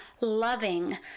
loving